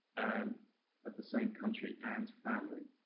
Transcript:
and of the same country and family.